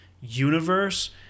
universe